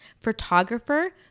photographer